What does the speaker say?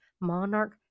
Monarch